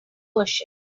version